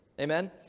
Amen